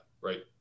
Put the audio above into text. right